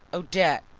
odette!